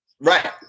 Right